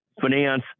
finance